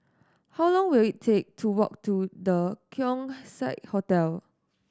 how long will it take to walk to The Keong Saik Hotel